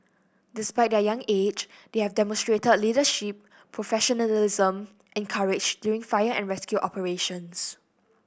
despite their young age they have demonstrated leadership professionalism and courage during fire and rescue operations